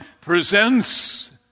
presents